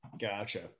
Gotcha